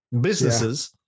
businesses